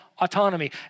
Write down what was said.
autonomy